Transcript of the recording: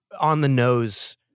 on-the-nose